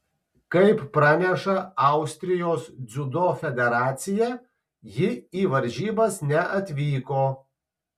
kaip praneša austrijos dziudo federacija ji į varžybas neatvyko